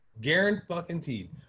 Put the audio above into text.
guaranteed